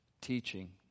teaching